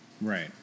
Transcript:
Right